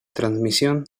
transmisión